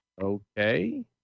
okay